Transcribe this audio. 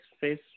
face